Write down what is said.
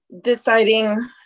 deciding